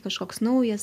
kažkoks naujas